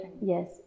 yes